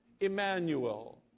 Emmanuel